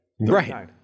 Right